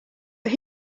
but